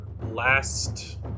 last